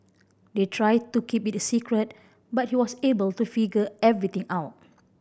they tried to keep it a secret but he was able to figure everything out